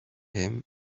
him